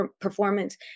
performance